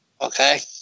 Okay